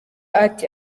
ati